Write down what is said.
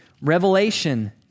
Revelation